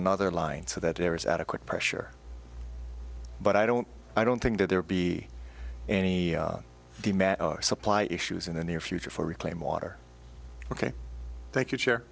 another line so that there is adequate pressure but i don't i don't think that there be any supply issues in the near future for reclaim water ok thank you chair